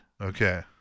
Okay